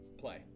play